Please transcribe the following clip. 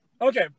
Okay